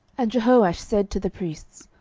and jehoash said to the priests,